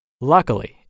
Luckily